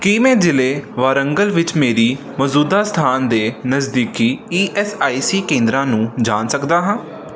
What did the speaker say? ਕੀ ਮੈਂ ਜ਼ਿਲ੍ਹੇ ਵਾਰੰਗਲ ਵਿੱਚ ਮੇਰੀ ਮੌਜੂਦਾ ਸਥਾਨ ਦੇ ਨਜ਼ਦੀਕੀ ਈ ਐੱਸ ਆਈ ਸੀ ਕੇਂਦਰਾਂ ਨੂੰ ਜਾਣ ਸਕਦਾ ਹਾਂ